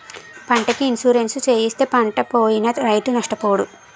పంటకి ఇన్సూరెన్సు చేయిస్తే పంటపోయినా రైతు నష్టపోడు